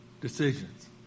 decisions